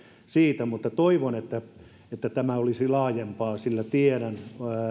siitä toivon että että tämä olisi laajempaa sillä tiedän